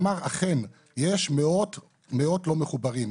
אמר 'אכן יש מאוד לא מחוברים,